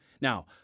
Now